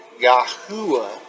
Yahuwah